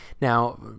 now